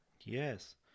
Yes